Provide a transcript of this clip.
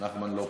נחמן לא פה.